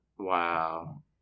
Wow